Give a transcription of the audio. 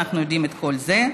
אנחנו יודעים את כל זה,